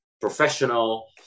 professional